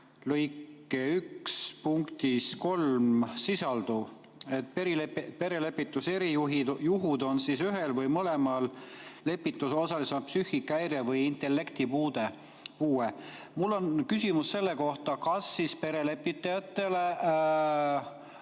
punktis 3 sisalduv, et perelepituse erijuhud on, kui ühel või mõlemal lepitusosalisel on psüühikahäire või intellektipuue. Mul on küsimus selle kohta, kas perelepitajatele